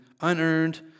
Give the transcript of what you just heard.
unearned